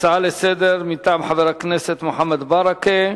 הצעה לסדר-היום מטעם חבר הכנסת מוחמד ברכה,